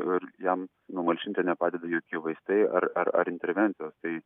ir jam numalšinti nepadeda jokie vaistai ar ar intervencijos tai